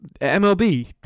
MLB